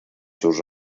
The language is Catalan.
seus